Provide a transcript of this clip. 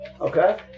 Okay